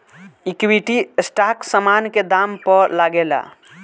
equity stock समान के दाम पअ लागेला